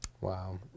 Wow